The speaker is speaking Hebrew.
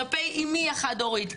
כלפי אמי חד ההורית,